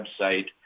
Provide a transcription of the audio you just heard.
website